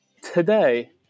Today